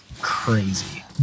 crazy